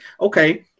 okay